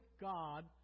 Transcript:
God